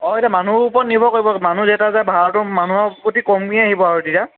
অঁ এতিয়া মানুহ ওপৰত নিৰ্ভৰ কৰিব মানুহ যেইটা যায় ভাড়াটো মানুহৰ প্ৰতি কমি আহিব আৰু তেতিয়া